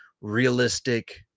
realistic